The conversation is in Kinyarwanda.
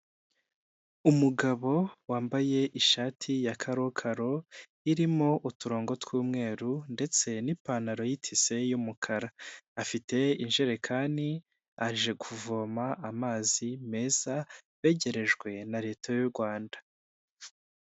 Umugabo wambaye ishati ya karokaro irimo uturongo tw'umweru ndetse n'ipantaro y'itise y'umukara, afite injerekani aje kuvoma amazi meza begerejwe na leta y'uRrwanda.